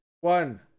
one